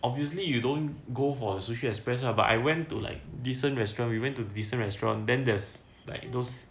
obviously you don't go for sushi express lah but I went to like decent restaurant we went to decent restaurant then there's like those you got try their sea urchin